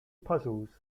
puzzles